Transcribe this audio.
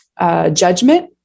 judgment